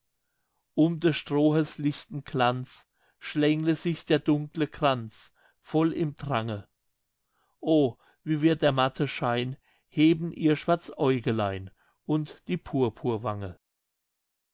um des strohes lichten glanz schlängle sich der dunkle kranz voll im drange o wie wird der matte schein heben ihr schwarzäugelein und die